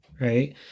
Right